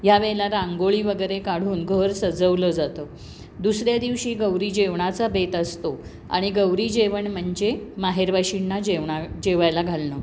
ह्या वेळेला रांगोळी वगैरे काढून घर सजवलं जातं दुसऱ्या दिवशी गौरी जेवणाचा बेत असतो आणि गौरी जेवण म्हणजे माहेरवाशिणींना जेवणा जेवायला घालणं